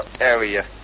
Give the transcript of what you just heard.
area